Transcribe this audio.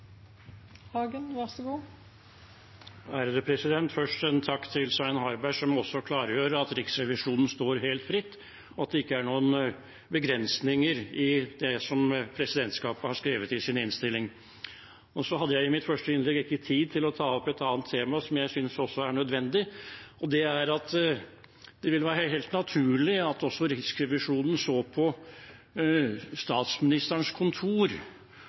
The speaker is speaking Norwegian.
Først en takk til Svein Harberg, som også klargjør at Riksrevisjonen står helt fritt, og at det ikke er noe begrensninger i det som presidentskapet har skrevet i sin innstilling. Jeg hadde i mitt første innlegg ikke tid til å ta opp et annet tema som jeg synes er nødvendig å si noe om, og det er at det også vil være helt naturlig at Riksrevisjonen ser på Statsministerens kontor